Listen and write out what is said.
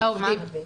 העובדים.